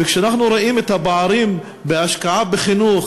וכשאנחנו רואים את הפערים בהשקעה בחינוך,